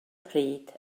pryd